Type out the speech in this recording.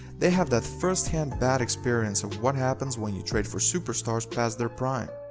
they have that first-hand bad experience of what happens when you trade for superstars past their prime.